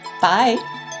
Bye